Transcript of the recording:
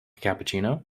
cappuccino